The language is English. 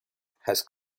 has